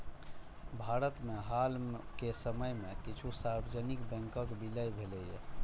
भारत मे हाल के समय मे किछु सार्वजनिक बैंकक विलय भेलैए